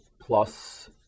plus